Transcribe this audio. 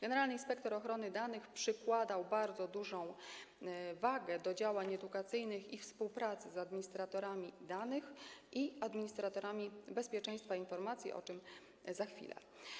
Generalny inspektor ochrony danych osobowych przykładał bardzo dużą wagę do działań edukacyjnych i współpracy z administratorami danych i administratorami bezpieczeństwa informacji, o czym za chwilę.